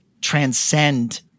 transcend